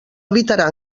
evitarà